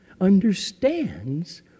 understands